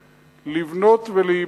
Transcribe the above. לבנות ולהיבנות